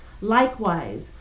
Likewise